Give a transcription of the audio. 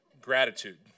gratitude